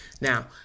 Now